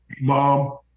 Mom